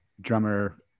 drummer